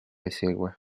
esegue